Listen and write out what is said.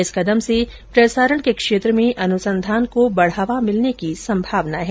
इस कदम से प्रसारण के क्षेत्र में अनुसंधान को बढ़ावा मिलने की संभावना है